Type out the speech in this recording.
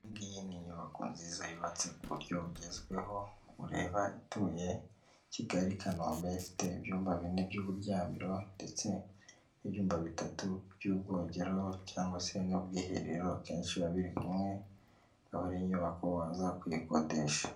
Iyi ni inyubako nziza yubatse ku buryo bugezweho, ureba ituye Kigali Kanombe, ifite ibyumba bine by'uburyamiro ndetse n'ibyumba bitatu by'ubwogero cyangwa se n'ubwiherero, akenshi biba biri kumwe akaba ari inyubako waza kuyikodesha.